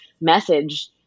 message